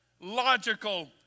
logical